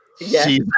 Yes